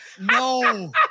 No